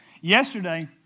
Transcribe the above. Yesterday